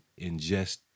ingest